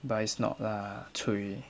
but it's not lah cui